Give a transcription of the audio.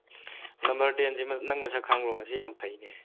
number change ꯅꯪ ꯃꯁꯛ ꯈꯪꯕ꯭ꯔꯣ ꯉꯁꯤ ꯌꯥꯝ ꯐꯩꯅꯦ